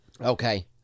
okay